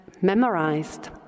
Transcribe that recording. memorized